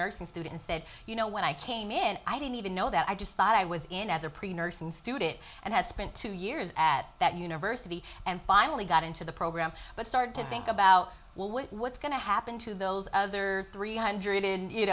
nursing student said you know when i came in i didn't even know that i just thought i was in as a pretty nursing student and had spent two years at that university and finally got into the program but started to think about well what was going to happen to those other three hundred